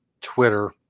Twitter